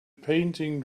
painting